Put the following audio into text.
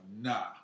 nah